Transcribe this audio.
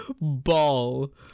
Ball